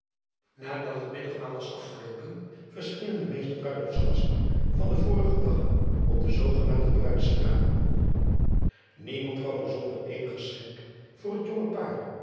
adat het middagmaal was afgeloopen verschenen de meeste ruiloftsgasten van den vorigen dag op de zoogenaamde ruidstranen iemand kwam er zonder eenig geschenk voor het jonge paar